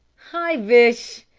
i vish,